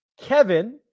Kevin